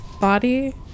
body